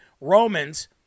romans